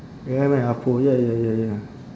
ya man ah poh ya ya ya ya